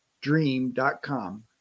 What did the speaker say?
Dream.com